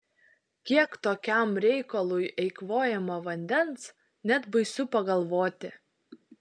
kiek tokiam reikalui eikvojama vandens net baisu pagalvoti